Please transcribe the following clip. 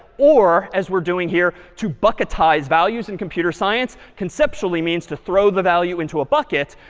or as we're doing here, to bucketize values in computer science conceptually means to throw the value into a bucket,